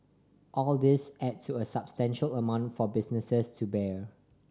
all these add to a substantial amount for businesses to bear